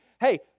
Hey